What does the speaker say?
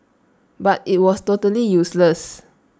but IT was totally useless